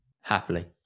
Happily